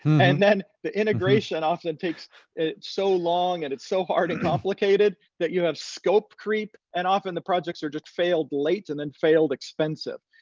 and then the integration often takes so long and it's so hard and complicated that you have scope creep. and often the projects are just failed late and then failed expensive.